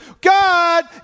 God